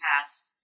past